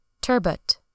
Turbot